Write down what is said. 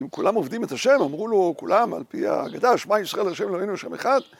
אם כולם עובדים את השם, אמרו לו כולם על פי ההגדה, שמע ישראל השם אלוהינו השם אחד.